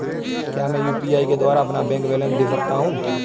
क्या मैं यू.पी.आई के द्वारा अपना बैंक बैलेंस देख सकता हूँ?